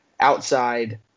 outside